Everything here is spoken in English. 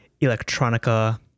electronica